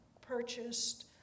purchased